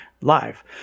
live